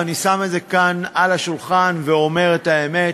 ואני שם את זה כאן על השולחן ואומר את האמת,